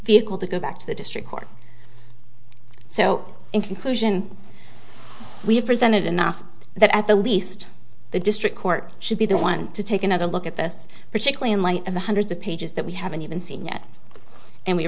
vehicle to go back to the district court so in conclusion we have presented enough that at the least the district court should be the one to take another look at this particularly in light of the hundreds of pages that we haven't even seen yet and we